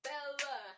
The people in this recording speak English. Bella